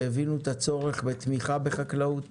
שהבינו את הצורך בתמיכה בחקלאות